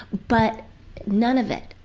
but none of it.